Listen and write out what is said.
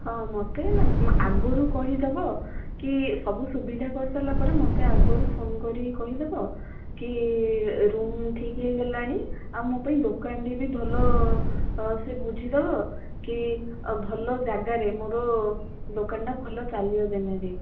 ହଁ ମୋତେ ନା ଆଗରୁ କହିଦେବ କି ସବୁ ସୁବିଧା କରିସାରିଲା ପରେ ମୋତେ ଆଗରୁ ଫୋନ କରିକି କହିଦେବ କି ରୁମ ଠିକ ହେଇଗଲାଣି ଆଉ ମୋ ପାଇଁ ଦୋକାନଟେ ବି ଭଲ ସେ ବୁଝିଦେବ କି ଭଲ ଜାଗାରେ ମୋର ଦୋକାନଟା ଭଲ ଚାଲିବ ଯେମିତି